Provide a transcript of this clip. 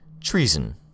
treason